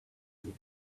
you